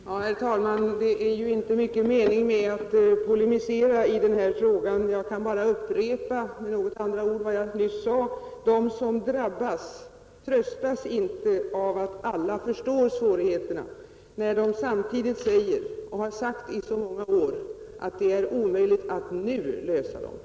Herr talman! Det är inte mycket mening med att polemisera i den här frågan. Jag kan bara upprepa, med något andra ord än jag nyss använde: De som drabbas tröstas inte av att alla förstår svårigheterna när det samtidigt sägs, och har sagts i många år, att det är omöjligt att nu lösa problemen.